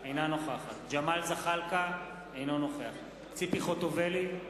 אינה נוכחת ג'מאל זחאלקה, אינו נוכח ציפי חוטובלי,